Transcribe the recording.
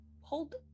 Hold